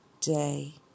day